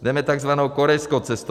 Jdeme takzvanou korejskou cestou.